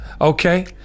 okay